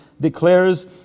declares